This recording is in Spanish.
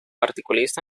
articulista